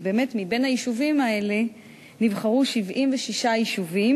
ומבין היישובים האלה נבחרו 76 יישובים,